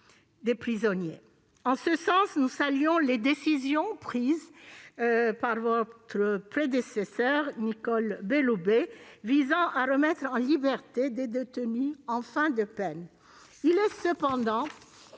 des prisonniers. Nous saluons donc les décisions prises par votre prédécesseure Nicole Belloubet visant à remettre en liberté des détenus en fin de peine. Cependant,